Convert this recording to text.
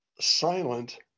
silent